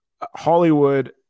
Hollywood –